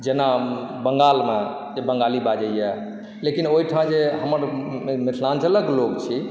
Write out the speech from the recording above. जेना बङ्गालमे जे बङ्गाली बाजै यऽ लेकिन ओहिठाम जे हमर मिथिलाञ्चलक लोक छी